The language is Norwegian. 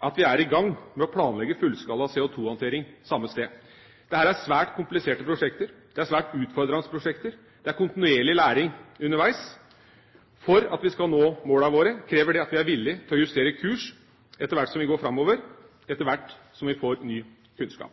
at vi er i gang med å planlegge fullskala CO2-håndtering samme sted. Dette er svært kompliserte prosjekter. Dette er svært utfordrende prosjekter. Det er kontinuerlig læring underveis. For at vi skal nå målene våre, krever dette at vi er villige til å justere kurs etter hvert som vi går framover – etter hvert som vi får ny kunnskap.